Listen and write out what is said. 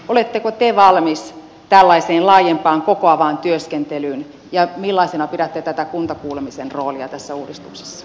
oletteko te valmis tällaiseen laajempaan kokoavaan työskentelyyn ja millaisena pidätte tätä kuntakuulemisen roolia tässä uudistuksessa